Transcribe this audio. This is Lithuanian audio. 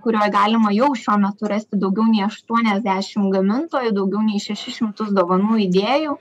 kurioj galima jau šiuo metu rasti daugiau nei aštuoniasdešim gamintojų daugiau nei šešis šimtus dovanų idėjų